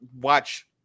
watch